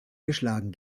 geschlagen